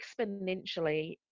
exponentially